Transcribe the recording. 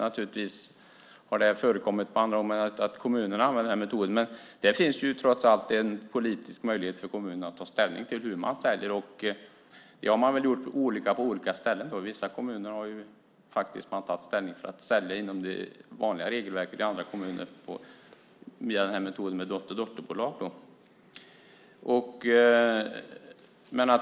Naturligtvis har det förekommit att kommunerna använder olika metoder. Det finns trots allt en politisk möjlighet för kommunerna att ta ställning till hur man säljer. Man har gjort olika på olika ställen. Vissa kommuner har tagit ställning för att sälja inom det vanliga regelverket, andra via dotterdotterbolag.